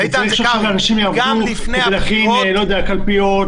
צריך שתהיה אפשרות לאנשים לעבוד כדי להכין קלפיות,